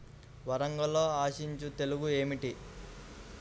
వంగలో ఆశించు తెగులు ఏమిటి?